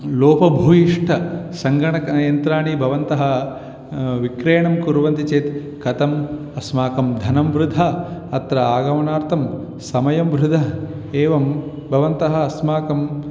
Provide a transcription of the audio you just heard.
लोपभूयिष्टानि सङ्गणकयन्त्राणि भवन्तः विक्रयणं कुर्वन्ति चेत् कथम् अस्माकं धनं वृथा अत्र आगमनार्थं समयं वृथा एवं भवन्तः अस्माकं